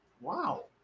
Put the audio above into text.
Wow